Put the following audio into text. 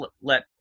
let